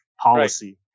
policy